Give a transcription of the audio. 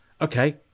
Okay